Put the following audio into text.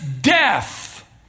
death